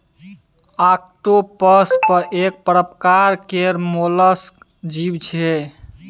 octopus एक परकार केर मोलस्क जीव छै